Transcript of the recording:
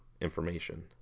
information